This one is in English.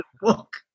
book